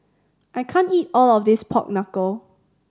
I can't eat all of this pork knuckle